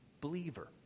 Believer